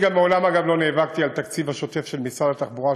אני גם מעולם לא נאבקתי על התקציב השוטף של משרד התחבורה,